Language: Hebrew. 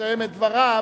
וכשיסיים את דבריו